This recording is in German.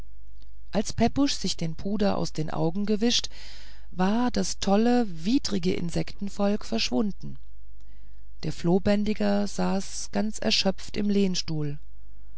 als pepusch sich den puder aus den augen gewischt war das tolle widrige insektenvolk verschwunden der flohbändiger saß ganz erschöpft im lehnstuhl